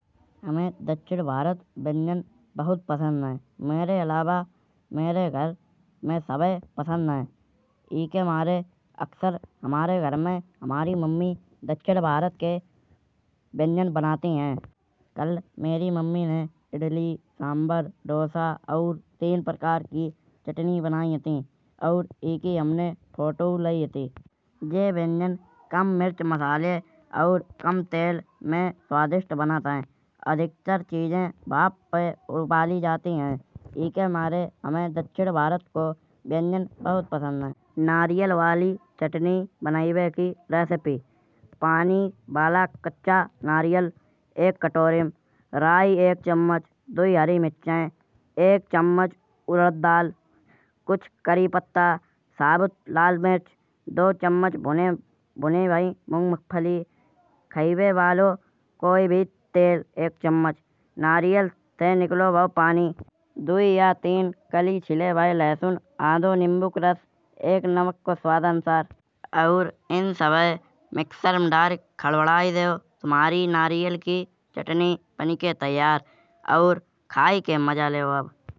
हमे दक्षिण भारत व्यंजन बहुत पसंद है। मेरी अलावा मेरे घर में सबै पसंद है। ईके मारे अकसर हमारे घर में हमारी मम्मी दक्षिण भारत के व्यंजन बनाती है। कल मेरी मम्मी ने इडली सांभर डोसा और तीन प्रकार की चटनी बनाई हती। और जीकी हमने फोटो लई हती। ये व्यंजन कम मिर्च मसाले और बहुत कम तेल में स्वादिष्ट बनत है। अधिकतर चीजे भाप पे उबाली जाती है। ईके मारे हमें दक्षिण भारत को व्यंजन बहुत पसंद है। नारियल वाली चटनी बनैवे की रेसिपी: पानी वाला कच्चा नारियल एक कटोरी मा, राई एक चमच, दुई हरी मिर्चाई, एक चमच उरद दाल, कुछ करी पत्ता, साबुत लाल मिर्च। दो चमच भुनी भई मूंगफली, खैबे वालो कोई भी तेल एक चमच, नारियल से निकलो भा पानी, दुई या तीन कली छिले भये लहसुन, आंधो नींबू को रस। एक नमक को स्वादानुसार और इन सबै मिक्सर में डाल के खड़बड़ायें देओ। तुम्हारी नारियल की चटनी बनी के तैयार।